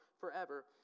forever